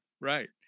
right